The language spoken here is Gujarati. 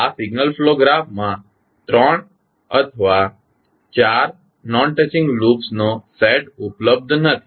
તેથી આ સિગ્નલ ફ્લો ગ્રાફમાં ત્રણ અથવા ચાર નોન ટચિંગ લૂપ્સનો સેટ ઉપલબ્ધ નથી